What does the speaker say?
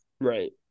Right